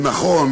הוא נכון,